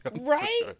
Right